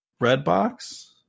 Redbox